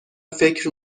فکر